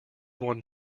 one